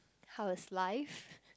how is life